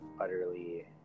utterly